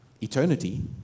eternity